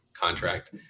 contract